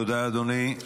תודה, אדוני.